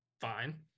Fine